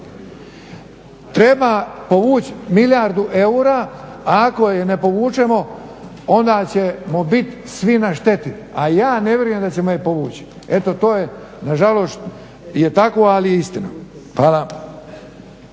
Treba povući milijardu eura ako je ne povučemo onda ćemo biti svi na šteti, a ja ne vjerujem da ćemo je povući. Eto to je nažalost je tako ali je istina. hvala.